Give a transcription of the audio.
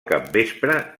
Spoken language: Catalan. capvespre